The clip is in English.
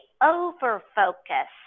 over-focus